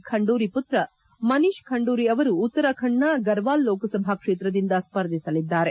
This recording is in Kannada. ಖಂಡೂರಿ ಮತ್ರ ಮನೀಷ್ ಖಂಡೂರಿ ಅವರು ಉತ್ತರಾಖಂಡನ ಗರ್ವಾಲ್ ಲೋಕಸಭಾ ಕ್ಷೇತ್ರದಿಂದ ಸ್ಪರ್ಧಿಸಲಿದ್ದಾರೆ